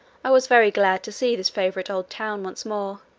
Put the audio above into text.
i was very glad to see this favourite old town once more